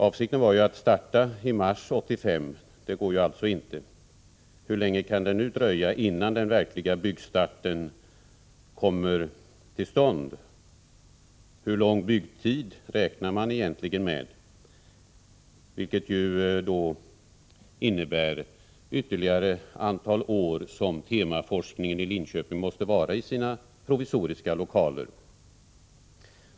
Avsikten var ju att starta i mars 1985. Hur länge kan det dröja, innan den verkliga byggstarten sker? Hur lång byggtid räknar man egentligen med? Under tiden måste ju temaforskningen i Linköping bedrivas i de provisoriska lokalerna.